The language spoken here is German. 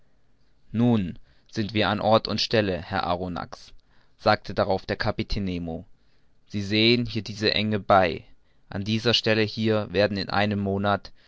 nun sind wir an ort und stelle herr arronax sagte darauf der kapitän nemo sie sehen hier diese enge bai an dieser stelle hier werden in einem monat